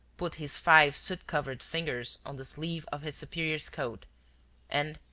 put his five soot-covered fingers on the sleeve of his superior's coat and,